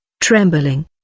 trembling